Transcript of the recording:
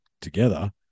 together